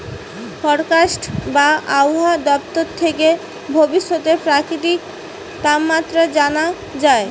forecast বা আবহায়া দপ্তর থেকে ভবিষ্যতের প্রাকৃতিক তাপমাত্রা জানা যায়